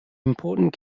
important